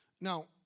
now